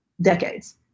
decades